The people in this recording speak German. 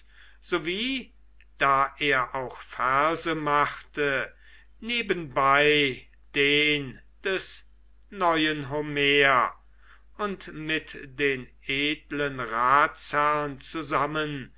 da er auch verse machte nebenbei den des neuen homer und mit den edlen ratsherren zusammen